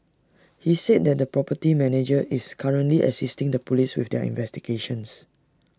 he said the property manager is currently assisting the Police with their investigations